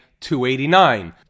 289